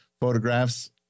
photographs